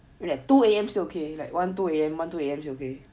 like two A_M is okay like one two A_M one two A_M is okay